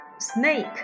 Snake